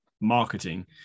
marketing